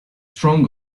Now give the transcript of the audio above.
strong